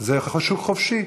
זה שוק חופשי,